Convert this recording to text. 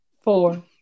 Four